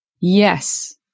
Yes